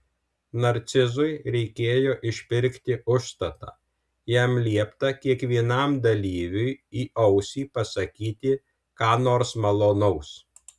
narcizui reikėjo išpirkti užstatą jam liepta kiekvienam dalyviui į ausį pasakyti ką nors malonaus